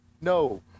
no